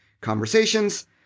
conversations